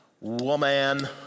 woman